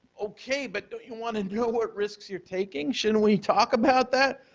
okay, but don't you want to know what risks you're taking? shouldn't we talk about that?